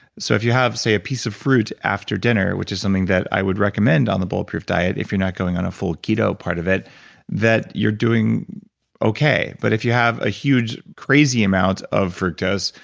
so if you have say a piece of fruit after dinner, which is something that i would recommend on the bulletproof diet, if you're not going on a full keto part of it that you're doing okay. but if you have a huge crazy amount of fructose,